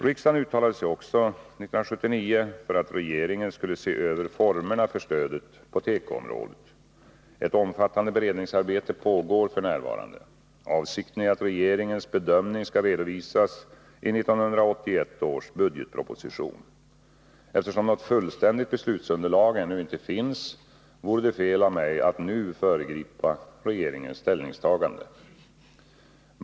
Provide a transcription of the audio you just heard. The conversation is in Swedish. Riksdagen uttalade sig också 1979 för att regeringen skulle se över formerna för stödet på tekoområdet. Ett omfattande beredningsarbete pågår f.n. Avsikten är att regeringens bedömningar skall redovisas i 1981 års budgetproposition. Eftersom något fullständigt beslutsunderlag ännu inte finns, vore det fel av mig att nu föregripa regeringens ställningstagande.